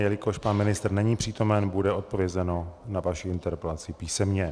Jelikož pan ministr není přítomen, bude odpovězeno na vaši interpelaci písemně.